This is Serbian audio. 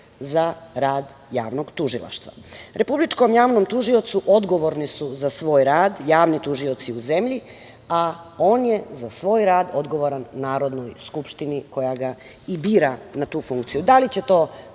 za rad javnog tužilaštva. Republičkom javnom tužiocu odgovorni su za svoj rad javni tužioci u zemlji, a on je za svoj rad odgovoran Narodnoj skupštini koja ga i bira na tu funkciju. Da li će to